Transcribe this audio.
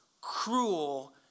cruel